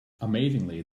amazingly